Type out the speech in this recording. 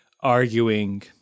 arguing